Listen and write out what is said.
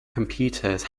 computers